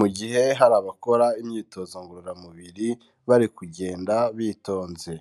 Mu gihe hari abakora imyitozo ngororamubiri bari kugenda bitonze,